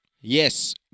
Yes